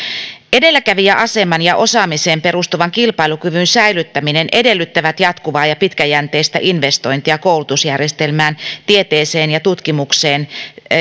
edelläkävijäaseman ja osaamiseen perustuvan kilpailukyvyn säilyttäminen edellyttävät jatkuvaa ja pitkäjänteistä investointia koulutusjärjestelmään tieteeseen ja tutkimukseen